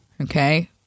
okay